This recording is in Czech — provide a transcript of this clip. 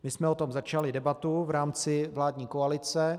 My jsem o tom začali debatu v rámci vládní koalice.